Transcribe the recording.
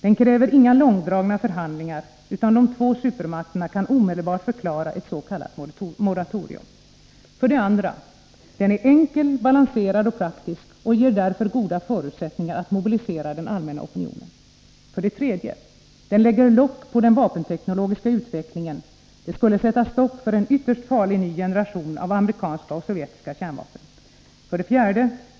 Den kräver inga långdragna förhandlingar, utan de två supermakterna kan omedelbart förklara ett s.k. moratorium. 2. Den är enkel, balanserad och praktisk och ger därför goda förutsättningar att mobilisera den allmänna opinionen. 3. Den ”lägger lock” på den vapenteknologiska utvecklingen. Det skulle sätta stopp för en ytterst farlig ny generation av amerikanska och sovjetiska kärnvapen. 4.